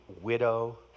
widow